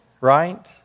right